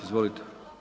Izvolite.